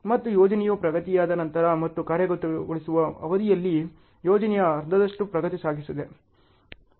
ಮತ್ತು ಯೋಜನೆಯು ಪ್ರಗತಿಯಾದ ನಂತರ ಮತ್ತು ಕಾರ್ಯಗತಗೊಳಿಸುವ ಅವಧಿಯಲ್ಲಿ ಯೋಜನೆಯ ಅರ್ಧದಷ್ಟು ಪ್ರಗತಿ ಸಾಧಿಸಿದೆ